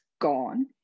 gone